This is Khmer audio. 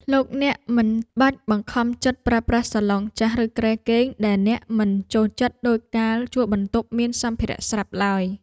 លោកអ្នកមិនបាច់បង្ខំចិត្តប្រើប្រាស់សាឡុងចាស់ឬគ្រែគេងដែលអ្នកមិនចូលចិត្តដូចកាលជួលបន្ទប់មានសម្ភារៈស្រាប់ឡើយ។